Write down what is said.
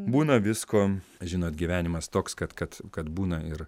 būna visko žinot gyvenimas toks kad kad kad būna ir